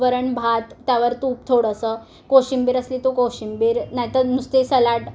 वरण भात त्यावर तूप थोडंसं कोशिंबीर असली तो कोशिंबीर नाहीतर नुसते सलाड